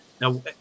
now